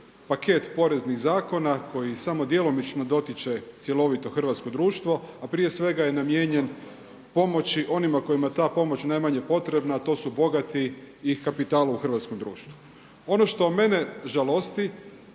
paket poreznih zakona koji samo djelomično dotiče cjelovito hrvatsko društvo, a prije svega je namijenjen pomoći onima kojima je ta pomoć najmanje potrebna to su bogati i kapitala u hrvatskom društvu. Ono što mene žalosti